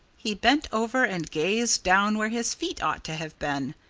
he bent over and gazed down where his feet ought to have been.